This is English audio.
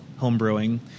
homebrewing